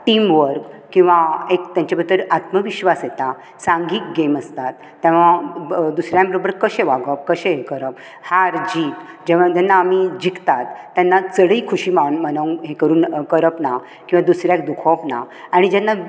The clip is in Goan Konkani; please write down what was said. टीम वर्क किंवा एक तांचें भितर आत्मविश्वास येता सांगीक गैम आसतात दुसऱ्यां बरोबर कशें वागप कशें हे करप हार जीत जेन्ना आमी जिकता तेन्ना चडीय खुशी माव मनव मनोवप ना हे करप ना किंवा दुसऱ्याक दुखोवप ना आनी जेन्ना